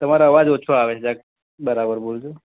અવાજ ઑછો આવે છે જરાક બરાબર બોલજો